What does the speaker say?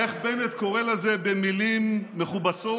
איך בנט קורא לזה במילים מכובסות?